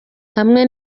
hamwe